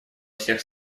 всех